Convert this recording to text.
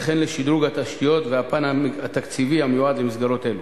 וכן לשדרוג התשתיות והפן התקציבי המיועד למסגרות אלו.